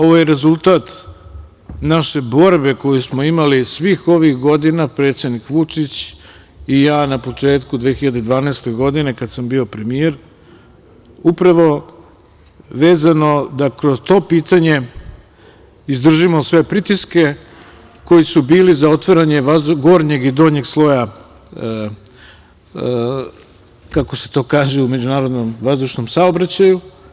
Ovo je rezultat naše borbe koju smo imali svih ovih godina, predsednik Vučić i ja na početku 2012. godine kada sam bio premijer, upravo vezano da kroz to pitanje izdržimo sve pritiske koji su bili za otvaranje gornjeg i donjeg sloja, kako se to kaže, u međunarodnom vazdušnom saobraćaju.